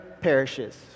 perishes